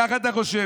כך אתה חושב,